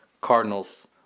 Cardinals